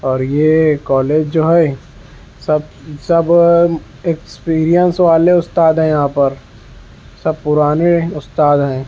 اور یہ کالج جو ہے سب سب ایکسپیرئنس والے استاد ہیں یہاں پر سب پرانے استاد ہیں